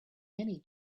many